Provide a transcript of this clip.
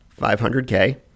500K